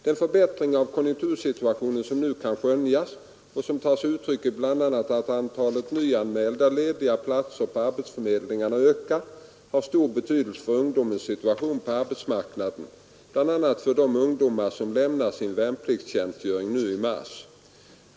Den förbättring av konjunktursituationen, som nu kan skönjas och som tar sig uttryck i bl.a. att antalet nyanmälda lediga platser på arbetsförmedlingarna ökar, har stor betydelse för ungdomens situation på arbetsmarknaden, bl.a. för de ungdomar som lämnar sin värnpliktstjänstgöring nu i mars.